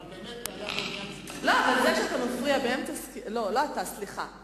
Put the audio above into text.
אבל זה שאתה מפריע, לא אתה, סליחה.